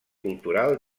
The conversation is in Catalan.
cultural